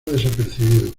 desapercibido